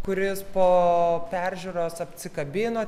kuris po peržiūros apsikabino